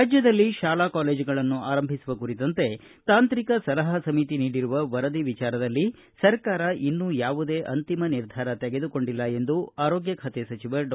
ರಾಜ್ಯದಲ್ಲಿ ಶಾಲಾ ಕಾಲೇಜುಗಳನ್ನು ಆರಂಭಿಸುವ ಕುರಿತಂತೆ ತಾಂತ್ರಿಕ ಸಲಹಾ ಸಮಿತಿ ನೀಡಿರುವ ವರದಿ ವಿಚಾರದಲ್ಲಿ ಸರ್ಕಾರ ಇನ್ನೂ ಯಾವುದೇ ಅಂತಿಮ ನಿರ್ಧಾರ ತೆಗೆದುಕೊಂಡಿಲ್ಲ ಎಂದು ಆರೋಗ್ಯ ಸಚಿವ ಡಾ